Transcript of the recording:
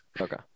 Okay